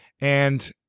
And-